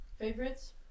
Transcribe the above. Favorites